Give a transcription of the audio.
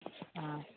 ஆ